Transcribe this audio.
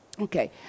Okay